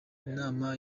inama